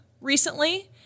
recently